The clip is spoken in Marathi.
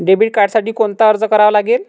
डेबिट कार्डसाठी कोणता अर्ज करावा लागेल?